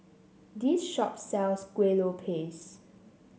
this shop sells Kuih Lopes